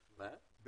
הוא